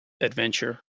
adventure